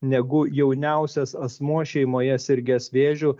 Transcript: negu jauniausias asmuo šeimoje sirgęs vėžiu